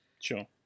Sure